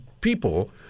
people